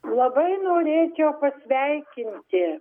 labai norėčiau pasveikinti